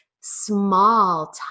small